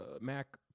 MAC